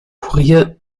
kurier